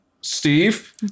Steve